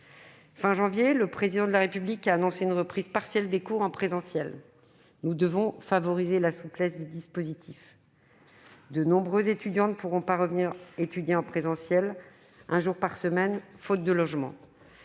dernier, le Président de la République a annoncé une reprise partielle des cours en présentiel. Nous devons favoriser la souplesse des dispositifs. De nombreux étudiants ne pourront pas revenir étudier en présentiel un jour par semaine, faute de logement.